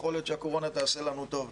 יכול להיות שהקורונה תעשה לנו טוב,